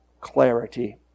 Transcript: clarity